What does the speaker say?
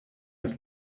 his